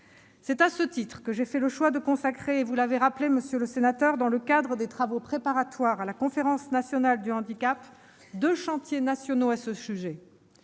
C'est à ce titre que j'ai fait le choix- vous l'avez rappelé, monsieur le rapporteur -de consacrer, dans le cadre des travaux préparatoires à la conférence nationale du handicap, deux chantiers nationaux à ce sujet.